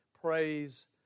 praise